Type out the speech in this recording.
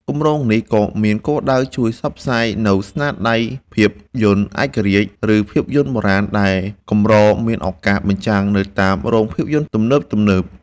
គម្រោងនេះក៏មានគោលដៅជួយផ្សព្វផ្សាយនូវស្នាដៃភាពយន្តឯករាជ្យ ឬភាពយន្តបុរាណដែលកម្រមានឱកាសបញ្ចាំងនៅតាមរោងភាពយន្តទំនើបៗ។